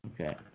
Okay